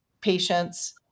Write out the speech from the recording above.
patients